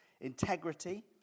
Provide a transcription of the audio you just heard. integrity